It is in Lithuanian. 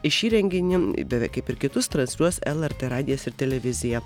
šį renginį beje kaip ir kitus transliuos lrt radijas ir televizija